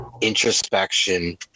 introspection